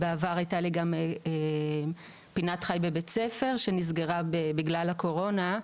בעבר הייתה לי גם פינת חי בבית ספר שנסגרה בגלל הקורונה.